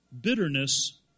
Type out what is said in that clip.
Bitterness